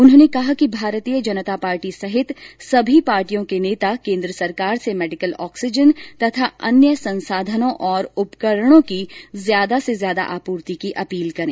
उनहोंने कहा कि भारतीय जनता पार्टी सहित सभी पार्टियों के नेता केन्द्र सरकार से मेडिकल ऑक्सीजन अन्य संसाधनों तथा उपकरणों की ज्यादा से ज्यादा आपूर्ति की अपील करें